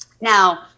Now